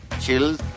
chills